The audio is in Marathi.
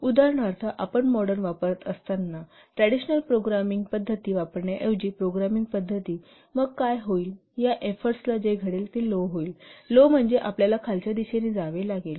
उदाहरणार्थ आपण ट्रॅडिशनल प्रोग्रामिंग पद्धती वापरण्याऐवजी मॉडर्न प्रोग्रामिंग पद्धती वापरत असताना काय होईल या एफोर्टस जे घडेल ते लो होईल लो म्हणजे आपल्याला खालच्या दिशेने जावे लागेल